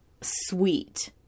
sweet